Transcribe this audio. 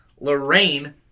Lorraine